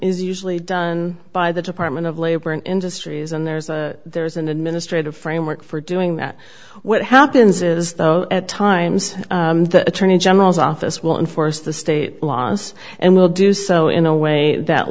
is usually done by the department of labor and industries and there's a there's an administrative framework for doing that what happens is though at times the attorney general's office will enforce the state laws and will do so in a way that